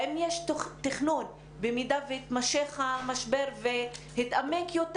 האם יש תכנון במידה ויתמשך המשבר ויתעמק יותר?